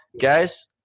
guys